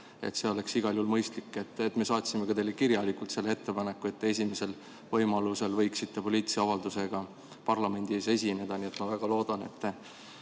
see oleks igal juhul mõistlik. Me saatsime teile ka kirjalikult selle ettepaneku, et te esimesel võimalusel võiksite poliitilise avaldusega parlamendi ees esineda. Ma väga loodan, et